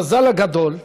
המזל הגדול,